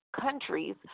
countries